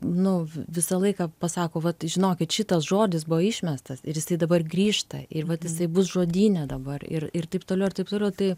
nu vi visą laiką pasako vat žinokit šitas žodis buvo išmestas ir jisai dabar grįžta ir vat jisai bus žodyne dabar ir ir taip toliau ir taip toliau tai